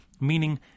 meaning